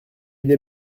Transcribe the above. des